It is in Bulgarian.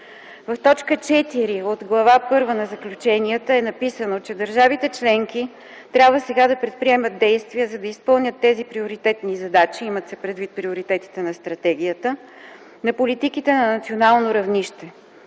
В т. 4 от Глава първа на заключенията е написано, че „държавите членки трябва сега да предприемат действия, за да изпълнят тези приоритетни задачи” (имат се предвид приоритетите на Стратегията) „на политиките на национално равнище.